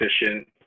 efficient